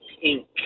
pink